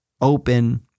open